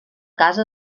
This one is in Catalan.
casa